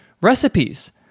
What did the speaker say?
Recipes